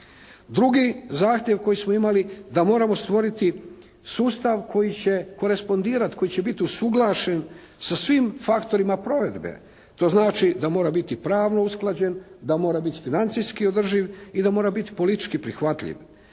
Drugi zahtjev koji smo imali da moramo stvoriti sustav koji će korespondirati, koji će biti usuglašen sa svim faktorima provedbe. To znači da mora biti pravno usklađen, da mora biti financijski održiv i da mora biti politički prihvatljiv.